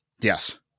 Yes